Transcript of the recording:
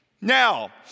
Now